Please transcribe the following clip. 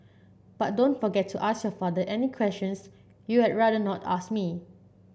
but don't forget to ask your father any questions you had rather not ask me